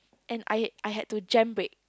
and I I have to jam brake